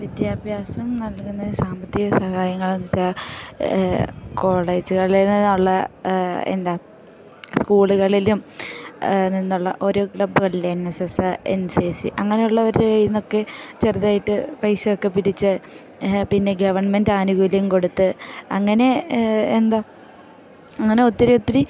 വിദ്യാഭ്യാസം നൽകുന്ന സാമ്പത്തിക സഹായങ്ങളെന്നു വെച്ചാൽ കോളേജുകളിൽ നിന്നുള്ള എന്താ സ്കൂളുകളിലും നിന്നുള്ള ഒരു ക്ലബുകളില്ലെ N S S N C C അങ്ങനെയുള്ളവരിൽ നിന്നൊക്കെ ചെറുതായിട്ട് പൈസയൊക്കെ പിരിച്ച് പിന്നെ ഗവൺമെൻറ്റാനുകൂല്യം കൊടുത്ത് അങ്ങനെ എന്താ അങ്ങനെ ഒത്തിരി ഒത്തിരി